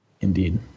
Indeed